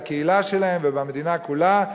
בקהילה שלהם ובמדינה כולה,